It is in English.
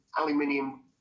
aluminium